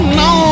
no